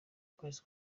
kwezi